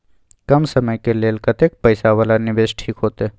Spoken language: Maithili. कम समय के लेल कतेक पैसा वाला निवेश ठीक होते?